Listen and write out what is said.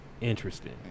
Interesting